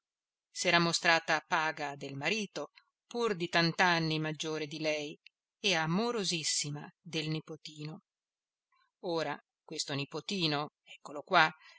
patriarcale s'era mostrata paga del marito pur di tant'anni maggiore di lei e amorosissima del nipotino ora questo nipotino eccolo qua